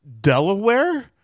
Delaware